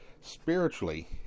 spiritually